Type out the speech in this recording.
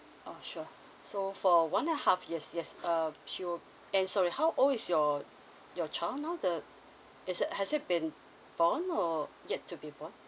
oh sure so for one and half years yes err she will and sorry how old is your your child now the it's a has it been born or yet to be born